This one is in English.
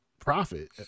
profit